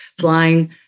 flying